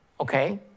Okay